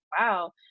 wow